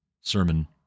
sermon